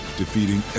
defeating